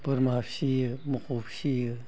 बोरमा फियो मोखौ फियो